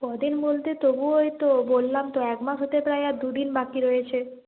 কদিন বলতে তবু ওই তো বললাম তো এক মাস হতে প্রায় আর দুদিন বাকি রয়েছে